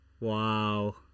Wow